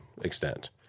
extent